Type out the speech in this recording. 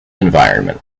environment